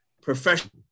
professional